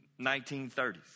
1930s